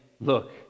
look